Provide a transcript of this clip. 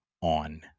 on